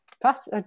plus